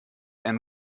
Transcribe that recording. and